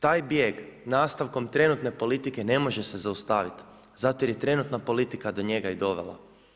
Taj bijeg nastavkom trenutne politike ne može se zaustaviti, zato jer je trenutna politika do njega i dovela.